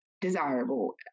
desirable